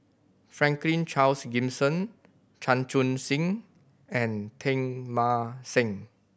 Franklin Charles Gimson Chan Chun Sing and Teng Mah Seng